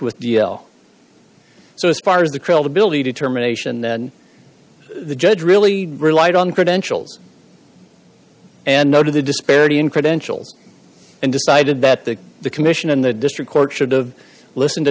with b l so as far as the credibility determination the judge really relied on credentials and noted the disparity in credentials and decided that the the commission and the district court should've listened to